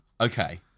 Okay